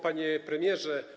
Panie Premierze!